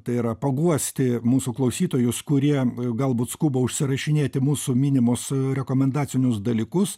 tai yra paguosti mūsų klausytojus kurie galbūt skuba užsirašinėti mūsų minimus rekomendacinius dalykus